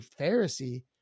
Pharisee